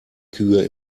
kühe